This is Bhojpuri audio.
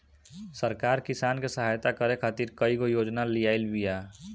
सरकार किसान के सहयता करे खातिर कईगो योजना लियाइल बिया